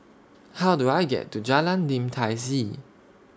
How Do I get to Jalan Lim Tai See